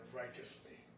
righteously